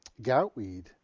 goutweed